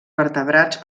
vertebrats